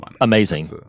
amazing